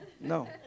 no